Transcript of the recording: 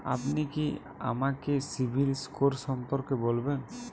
আপনি কি আমাকে সিবিল স্কোর সম্পর্কে বলবেন?